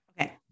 Okay